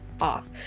off